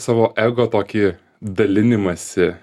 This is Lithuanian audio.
savo ego tokį dalinimąsi